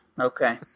Okay